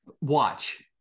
Watch